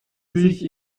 sich